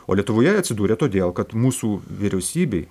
o lietuvoje jie atsidūrė todėl kad mūsų vyriausybei